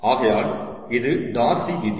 ஆகையால் இது டார்சி விதி